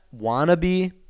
wannabe